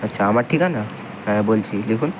আচ্ছা আমার ঠিকানা হ্যাঁ বলছি লিখুন